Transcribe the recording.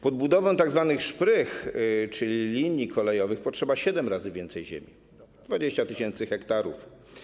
Pod budowę tzw. szprych, czyli linii kolejowych, potrzeba siedem razy więcej ziemi - 20 tys. ha.